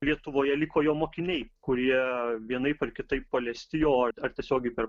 lietuvoje liko jo mokiniai kurie vienaip ar kitaip paliesti jo ar tiesiogiai per